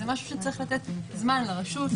זה מחייב לתת זמן לרשות.